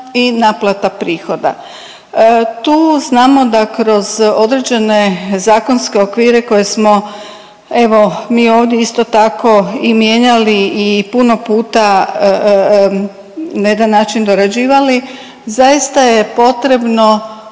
i naplata prihoda. Tu znamo da kroz određene zakonske okvire koje smo, evo mi ovdje isto tako i mijenjali i puno puta na jedan način dorađivali, zaista je potrebno